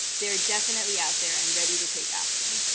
they are definitely out there and ready to take action.